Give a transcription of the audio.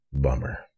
Bummer